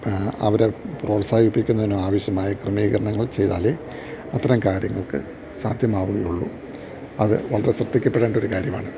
അവരെ പ്രോത്സാഹിപ്പിക്കുന്നതിനും ആവശ്യമായ ക്രമീകരണങ്ങൾ ചെയ്താലേ അത്തരം കാര്യങ്ങൾ സാധ്യമാവുകയുള്ളൂ അതു വളരെ ശ്രദ്ധിക്കപ്പെടേണ്ടൊരു കാര്യമാണ്